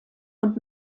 und